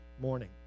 morning